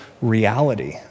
reality